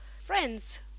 friends